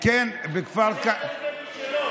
לפי ההצעה,